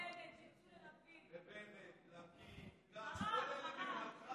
את הבית שלך לא שיפצו ב-15 מיליון שקל.